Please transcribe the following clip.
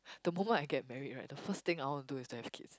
the moment I get married right the first thing I want to do is to have kids